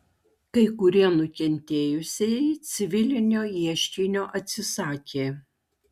kai kurie nukentėjusieji civilinio ieškinio atsisakė